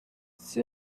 she